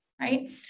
right